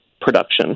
production